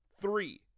three